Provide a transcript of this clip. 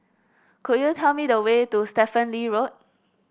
could you tell me the way to Stephen Lee Road